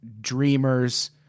dreamers